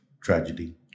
tragedy